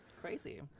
crazy